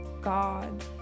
God